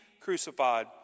crucified